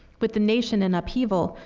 with the nation in upheaval,